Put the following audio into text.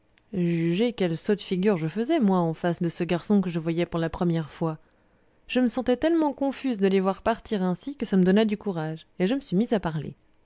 jugez quelle sotte figure je faisais moi en face de ce garçon que je voyais pour la première fois je me sentais tellement confuse de les voir partir ainsi que ça me donna du courage et je me suis mise à parler